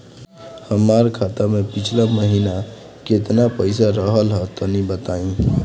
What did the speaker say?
हमार खाता मे पिछला महीना केतना पईसा रहल ह तनि बताईं?